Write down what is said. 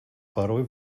порой